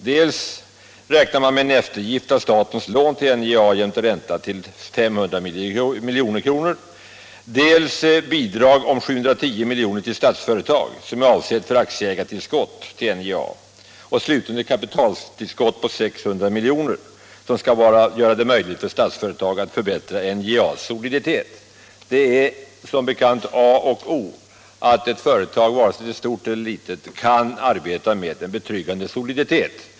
Man räknar med dels en eftergift av statens lån till NJA, vilka jämte ränta uppgår till 500 milj.kr., dels bidrag på 710 milj.kr. till Statsföretag som aktieägartillskott till NJA, dels ock slutligen ett kapitaltillskott på 600 milj.kr. som skall göra det möjligt för Statsföretag att förbättra NJA:s soliditet. Det är som bekant a och o för ett företag, antingen det är stort eller litet, att det kan arbeta med en betryggande soliditet.